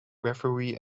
referee